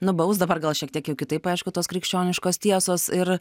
nubaus dabar gal šiek tiek jau kitaip aišku tos krikščioniškos tiesos ir